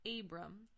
Abram